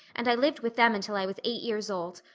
and i lived with them until i was eight years old.